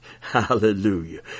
Hallelujah